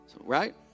right